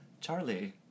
Charlie